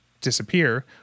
disappear